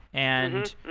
and,